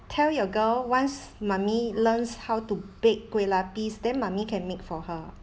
tell your girl once mummy learns how to bake kueh lapis then mummy can make for her